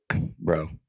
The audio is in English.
bro